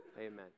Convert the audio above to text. amen